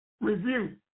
Review